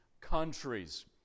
countries